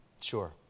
sure